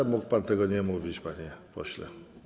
Eh, mógł pan tego nie mówić, panie pośle.